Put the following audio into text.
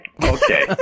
Okay